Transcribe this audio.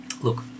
look